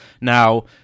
Now